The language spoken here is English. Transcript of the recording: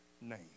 name